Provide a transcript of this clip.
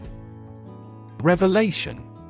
Revelation